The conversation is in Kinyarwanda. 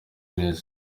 neza